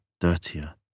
dirtier